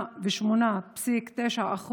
מ-58.9%